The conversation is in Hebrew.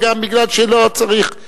כי לא צריך.